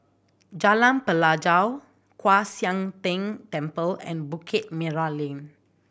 Jalan Pelajau Kwan Siang Tng Temple and Bukit Merah Lane